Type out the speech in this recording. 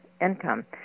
income